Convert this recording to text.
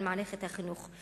אל מערכת החינוך,